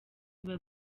biba